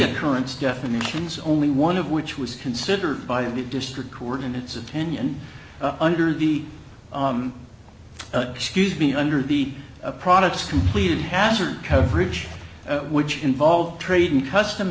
occurrence definitions only one of which was considered by the district coordinates of tenure and under the scuse me under the products completed hazard coverage which involved trading custom